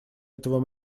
этого